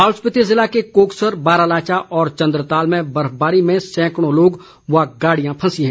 लाहौल स्पीति जिले के कोकसर बारालाचा और चंद्रताल में बर्फबारी में सैंकड़ों लोग व गाड़ियां फंसी हैं